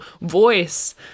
voice